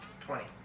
Twenty